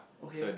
okay